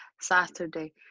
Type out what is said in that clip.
Saturday